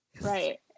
Right